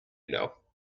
know